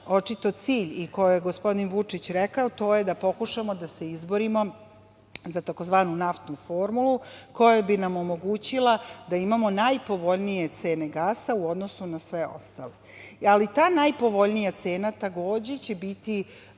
očito cilj i koji je gospodin Vučić rekao, to je da pokušamo da se izborimo za tzv. naftnu formulu koja bi nam omogućila da imamo najpovoljnije cene gasa u odnosu na sve ostale. Ali ta najpovoljnija cena takođe će biti